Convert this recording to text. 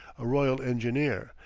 a royal engineer,